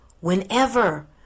Whenever